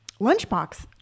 lunchbox